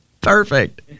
Perfect